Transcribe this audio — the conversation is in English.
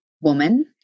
woman